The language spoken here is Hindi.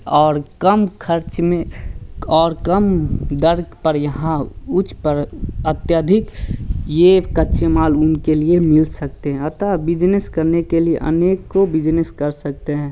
और कम खर्च में और कम दर पर यहाँ ऊँच पर अत्यधिक ये कच्ची माल उनके लिए मिल सकते है अतः बिजनस करने के लिए अनेकों बिजनस कर सकते हैं